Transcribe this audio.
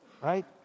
right